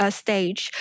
stage